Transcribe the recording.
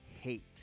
hate